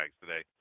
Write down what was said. today